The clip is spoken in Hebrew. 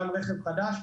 גם רכב חדש,